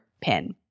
pin